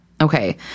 Okay